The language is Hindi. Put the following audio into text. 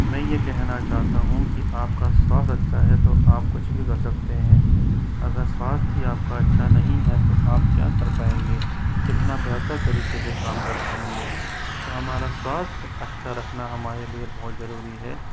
मैं ये कहना चाहता हूँ कि आपका स्वास्थ्य अच्छा है तो आप कुछ भी कर सकते हैं अगर स्वास्थ ही आपका अच्छा नहीं है तो आप क्या कर पाएंगे कितना बेहतर तरीके से काम कर पाएंगे तो हमारा स्वास्थ्य अच्छा रखना हमारे लिए बहुत जरूरी है